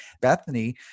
Bethany